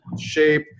shape